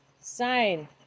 sign